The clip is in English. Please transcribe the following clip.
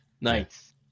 Nice